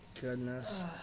Goodness